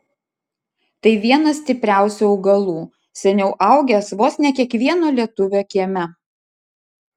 tai vienas stipriausių augalų seniau augęs vos ne kiekvieno lietuvio kieme